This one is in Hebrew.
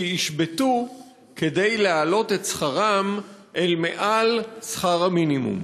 ישבתו כדי להעלות את שכרם אל מעל שכר המינימום.